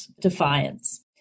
defiance